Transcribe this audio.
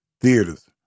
theaters